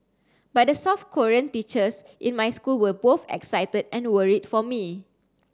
but the South Korean teachers in my school were both excited and worried for me